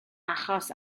achos